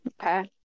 Okay